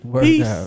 peace